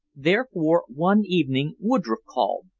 therefore one evening woodroffe called,